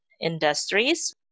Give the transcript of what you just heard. industries